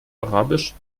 arabisch